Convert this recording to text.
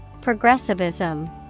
Progressivism